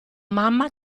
mamma